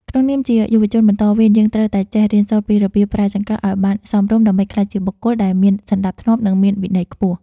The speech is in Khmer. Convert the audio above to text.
ក្នុងនាមជាយុវជនបន្តវេនយើងត្រូវតែចេះរៀនសូត្រពីរបៀបប្រើចង្កឹះឱ្យបានសមរម្យដើម្បីក្លាយជាបុគ្គលដែលមានសណ្តាប់ធ្នាប់និងមានវិន័យខ្ពស់។